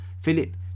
Philip